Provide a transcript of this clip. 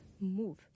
move